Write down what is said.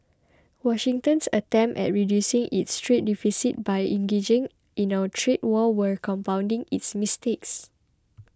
Washington's attempts at reducing its trade deficit by engaging in a trade war were compounding its mistakes